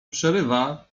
przerywa